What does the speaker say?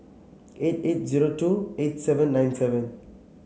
eight eight zero two eight seven nine seven